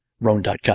roan.com